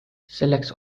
selleks